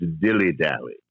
dilly-dally